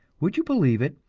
would you believe it,